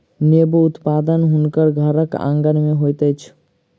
नेबो उत्पादन हुनकर घरक आँगन में होइत अछि